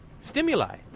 stimuli